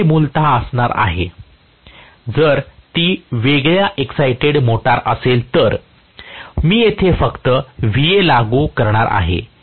माझ्याकडे मूलत असणार आहे जर ती वेगळी एक्सायटेड मोटर असेल तर मी येथे फक्त Va येथे लागू करणार आहे